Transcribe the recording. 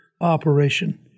operation